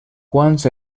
quants